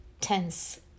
tense